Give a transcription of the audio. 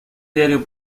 diario